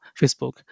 Facebook